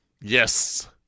Yes